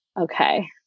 Okay